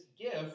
gift